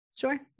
Sure